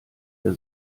der